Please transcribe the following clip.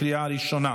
לקריאה ראשונה.